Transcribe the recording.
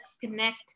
connect